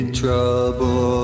trouble